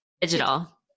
Digital